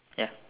ya